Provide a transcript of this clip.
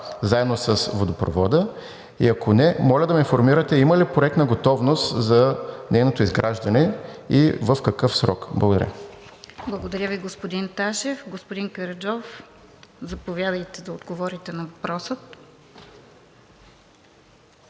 заедно с водопровода и ако не, моля да ме информирате има ли проектна готовност за нейното изграждане и в какъв срок? Благодаря. ПРЕДСЕДАТЕЛ РОСИЦА КИРОВА: Благодаря Ви, господин Ташев. Господин Караджов, заповядайте да отговорите на въпроса.